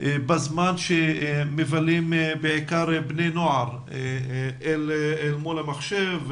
בזמן שמבלים בעיקר בני נוער מול המחשב,